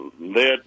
led